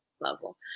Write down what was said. level